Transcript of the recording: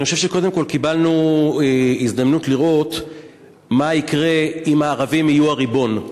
שקודם כול קיבלנו הזדמנות לראות מה יקרה אם הערבים יהיו הריבון.